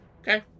Okay